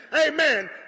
Amen